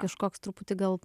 kažkoks truputį gal